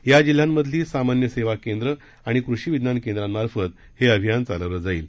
या जिल्ह्यांमधली सामान्य सेवा केंद्रं आणि कृषी विज्ञान केंद्रांमार्फत हे अभियान चालवलं जाईल